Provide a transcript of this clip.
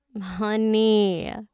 Honey